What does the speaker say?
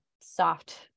soft